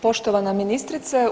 Poštovana ministrice.